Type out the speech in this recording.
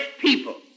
people